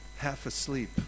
half-asleep